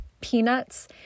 peanuts